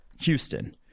Houston